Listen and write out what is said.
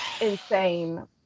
insane